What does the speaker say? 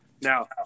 Now